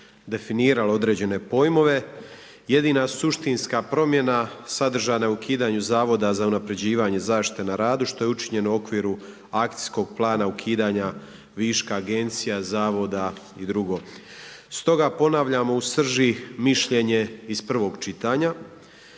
definiralo određene pojmove. Jedina suštinska promjena sadržana je u ukidanju Zavoda za unapređivanje zaštite na radu što je učinjeno u okviru akcijskog plana ukidanja viška agencija, zavoda i dr. Stoga ponavljamo u srži mišljenje iz prvog čitanja.